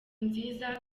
nziza